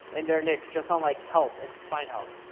in their niche, just on like health and spine health.